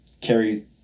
carry